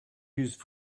used